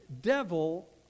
devil